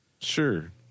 Sure